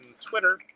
Twitter